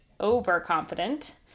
overconfident